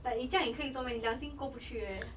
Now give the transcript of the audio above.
but 你这样也可以做 meh 你良心过不去 eh